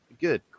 good